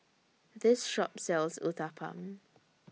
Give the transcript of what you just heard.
This Shop sells Uthapam